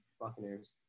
Buccaneers